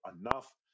enough